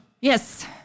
Yes